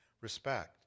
Respect